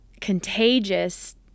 contagious